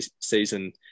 season